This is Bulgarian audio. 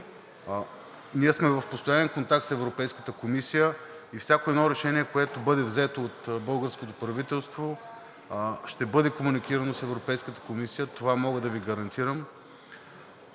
Ние сме в постоянен контакт с Европейската комисия и всяко едно решение, което бъде взето от българското правителство, ще бъде комуникирано с Европейската комисия – това мога да Ви гарантирам.